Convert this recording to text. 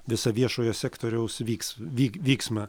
visą viešojo sektoriaus vyks vyk vyksmą